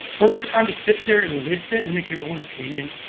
for your time to sit there and listen and make your own opinion,